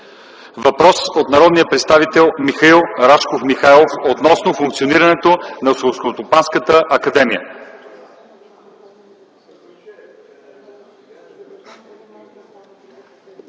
Въпрос от народния представител Михаил Рашков Михайлов относно функционирането на Селскостопанската академия.